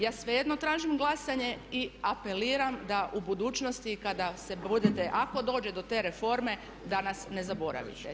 Ja svejedno tražim glasanje i apeliram da u budućnosti kada se budete ako dođe do te reforme da nas ne zaboravite.